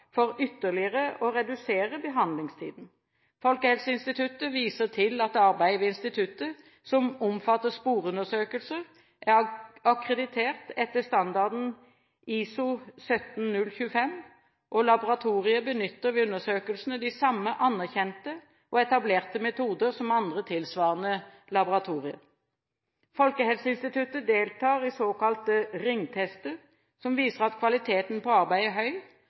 for ytterligere å redusere behandlingstiden. Folkehelseinstituttet viser til at arbeidet ved instituttet, som omfatter sporundersøkelser, er akkreditert etter standarden ISO 17025, og laboratoriet benytter ved undersøkelsene de samme anerkjente og etablerte metoder som andre tilsvarende laboratorier. Folkehelseinstituttet deltar i såkalte ringtester som viser at kvaliteten på arbeidet er høy